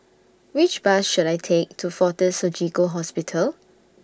Which Bus should I Take to Fortis Surgical Hospital